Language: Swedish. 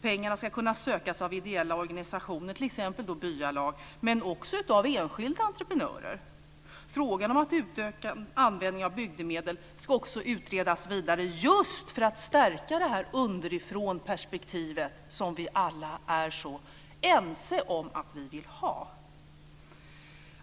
Pengarna ska kunna sökas av ideella organisationer, t.ex. byalag, men också av enskilda entreprenörer. Frågan om att utöka användningen av bygdemedel ska också utredas vidare just för att stärka det här underifrånperspektivet som vi alla är så ense om att vi vill ha.